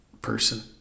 person